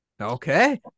Okay